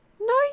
No